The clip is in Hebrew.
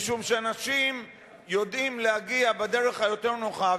משום שאנשים יודעים להגיע בדרך היותר-נוחה,